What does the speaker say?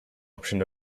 option